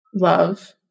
Love